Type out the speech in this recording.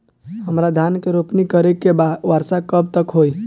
हमरा धान के रोपनी करे के बा वर्षा कब तक होई?